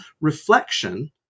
reflection